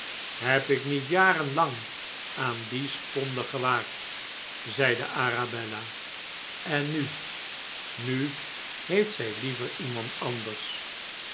heb ik niet jaren lang aan die sponde gewaakt zeide arabella en nu nu heeft zij liever iemand anders